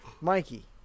Mikey